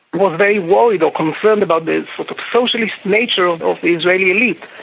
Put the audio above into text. was very worried or concerned about the sort of socialist nature of of the israeli elite.